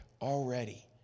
already